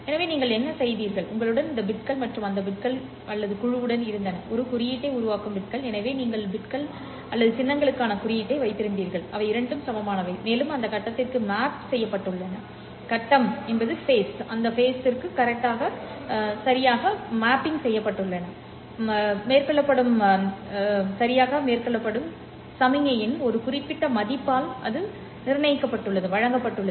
எனவே நீங்கள் என்ன செய்தீர்கள் உங்களுடன் இந்த பிட்கள் மற்றும் அந்த பிட்கள் அல்லது குழுவுடன் இருந்தன ஒரு குறியீட்டை உருவாக்கும் பிட்கள் எனவே நீங்கள் பிட்கள் பிட்கள் அல்லது சின்னங்களுக்கான குறியீட்டை வைத்திருந்தீர்கள் அவை இரண்டும் சமமானவை மேலும் அவை கட்டத்திற்கு மேப் செய்யப்பட்டுள்ளன கட்டம் சரியாக மேற்கொள்ளப்படும் சமிக்ஞையின் ஒரு குறிப்பிட்ட மதிப்பால் வழங்கப்பட்டுள்ளது